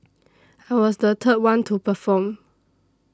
I was the third one to perform